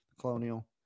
colonial